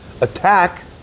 attack